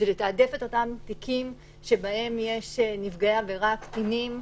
יתעדפו את אותם תיקים שבהם יש תיקי עבירה של קטינים,